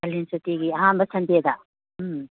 ꯀꯥꯂꯦꯟ ꯁꯨꯇꯤꯒꯤ ꯑꯍꯥꯟꯕ ꯁꯟꯗꯦꯗ ꯎꯝ